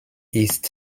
ist